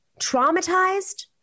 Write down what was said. traumatized